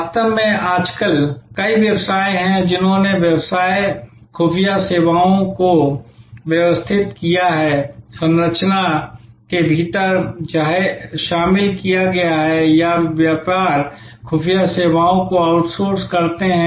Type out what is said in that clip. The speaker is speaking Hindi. वास्तव में आजकल कई व्यवसाय हैं जिन्होंने व्यवसाय खुफिया सेवाओं को व्यवस्थित किया है संरचना के भीतर शामिल किया गया है या वे व्यापार खुफिया सेवाओं को आउटसोर्स करते हैं